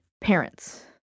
parents